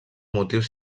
motius